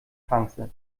chance